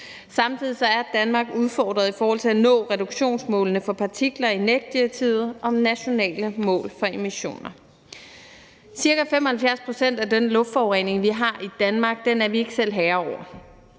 Samtidig er Danmark udfordret i forhold til at nå reduktionsmålene for partikler i NEC-direktivet om nationale mål for emissioner. Ca. 75 pct. af den luftforurening, vi har i Danmark, er vi ikke selv herrer over.